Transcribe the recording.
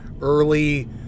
early